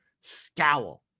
scowl